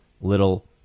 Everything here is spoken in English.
little